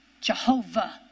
Jehovah